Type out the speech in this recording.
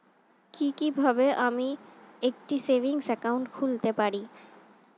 কি কিভাবে আমি একটি সেভিংস একাউন্ট খুলতে পারি?